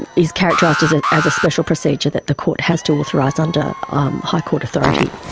is characterised as ah as a special procedure that the court has to authorise under high court authority.